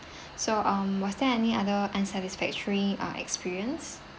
so um was there any other unsatisfactory ah experience